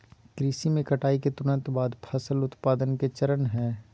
कृषि में कटाई के तुरंत बाद फसल उत्पादन के चरण हइ